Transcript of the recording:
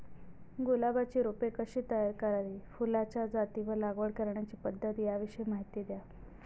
गुलाबाची रोपे कशी तयार करावी? फुलाच्या जाती व लागवड करण्याची पद्धत याविषयी माहिती द्या